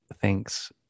thanks